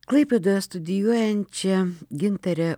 klaipėdoje studijuojančią gintarę